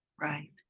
Right